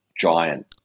giant